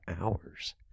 hours